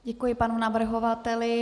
Děkuji panu navrhovateli.